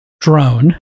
drone